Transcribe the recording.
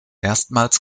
erstmals